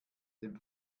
dem